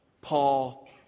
Paul